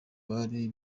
bari